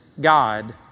God